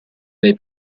dai